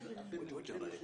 יש לי קבוצה של נשים,